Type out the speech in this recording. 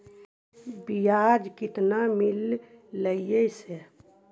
बियाज केतना मिललय से?